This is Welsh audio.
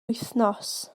wythnos